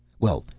well,